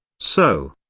so,